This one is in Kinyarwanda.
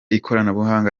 ikoranabuhanga